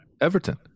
Everton